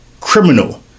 criminal